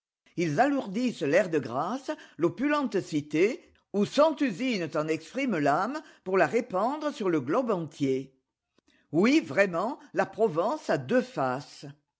ils alourdissent l'air de grasse l'opulente cité où cent usines en expriment l'âme pour la répandre sur le globe entier oui vraiment la provence a deux faces